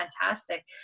fantastic